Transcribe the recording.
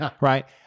right